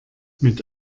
mit